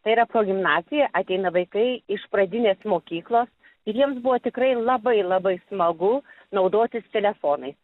tai yra progimnazija ateina vaikai iš pradinės mokyklos ir jiems buvo tikrai labai labai smagu naudotis telefonais